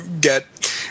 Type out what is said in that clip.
get